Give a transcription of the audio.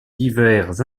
divers